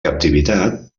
captivitat